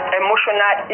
emotional